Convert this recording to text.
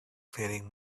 faring